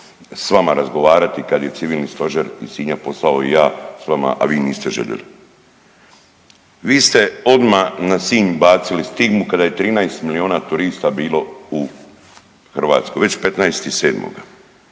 s vama razgovarati kada je Civilni stožer iz Sinja … i ja s vama, a vi niste željeli. Vi ste odma na Sinj bacili stigmu kada je 13 milijuna turista bilo u Hrvatskoj već 15.7.